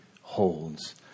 holds